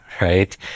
right